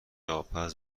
آبپز